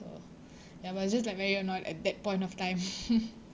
so but it's just like very annoyed at that point of time